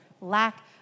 lack